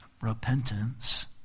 Repentance